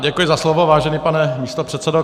Děkuji za slovo, vážený pane místopředsedo.